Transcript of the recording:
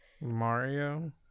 Mario